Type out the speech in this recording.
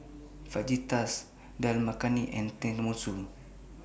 Fajitas Dal Makhani and Tenmusu